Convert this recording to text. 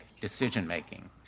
decision-making